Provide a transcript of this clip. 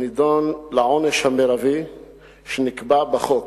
הוא נידון לעונש המרבי שנקבע בחוק: